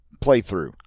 playthrough